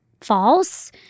false